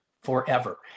forever